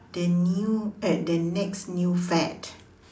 the new eh the next new fad